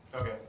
okay